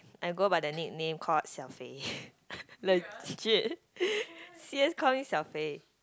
I go by the nickname called Xiao-Fei legit C_S call me Xiao-Fei